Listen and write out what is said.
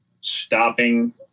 stopping